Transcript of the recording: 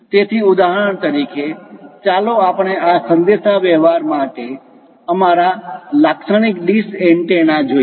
તેથી ઉદાહરણ તરીકે ચાલો આપણે આ સંદેશાવ્યવહાર માટે અમારા લાક્ષણિક ડીશ એન્ટેના જોઈએ